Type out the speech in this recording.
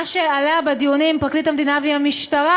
מה שעלה בדיונים עם פרקליט המדינה והמשטרה